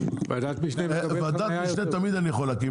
--- ועדת משנה תמיד אני יכול להקים,